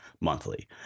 monthly